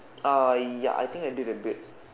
ah ya I think I did a bit